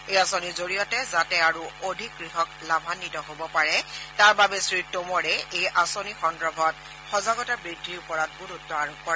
এই আঁচনিৰ জৰিয়তে যাতে আৰু অধিক কৃষক লাভান্নিত হব পাৰে তাৰ বাবে শ্ৰীটোমৰে এই আঁচনিৰ সন্দৰ্ভত সজাগতা বৃদ্ধিৰ ওপৰত গুৰুত্ব আৰোপ কৰে